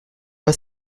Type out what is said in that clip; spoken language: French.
pas